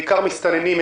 בעיקר מסתננים.